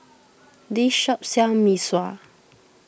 this shop sells Mee Sua